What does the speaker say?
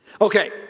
Okay